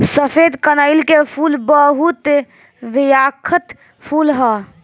सफेद कनईल के फूल बहुत बिख्यात फूल ह